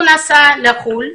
הוא נסע לחוץ לארץ,